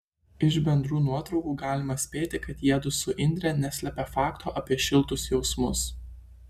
iš bendrų nuotraukų galima spėti kad jiedu su indre neslepia fakto apie šiltus jausmus